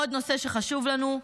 עוד נושא שחשוב לנו: